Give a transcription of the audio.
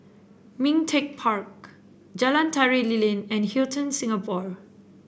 Ming Teck Park Jalan Tari Lilin and Hilton Singapore